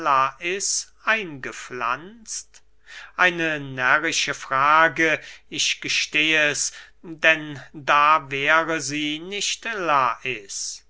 eingepflanzt eine närrische frage ich gesteh es denn da wäre sie nicht lais